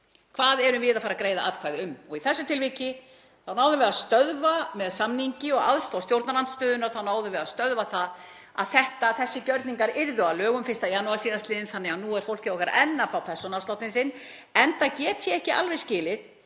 hvað erum við að fara að greiða atkvæði um, og í þessu tilviki þá náðum við að stöðva, með samningi og aðstoð stjórnarandstöðunnar, það að þessir gjörningar yrðu að lögum 1. janúar síðastliðinn þannig að nú er fólkið okkar enn að fá persónuafsláttinn sinn. Enda get ég ekki alveg skilið